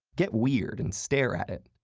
get weird and stare at it.